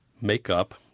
makeup